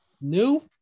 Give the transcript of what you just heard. new